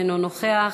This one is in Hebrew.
אינו נוכח,